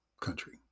country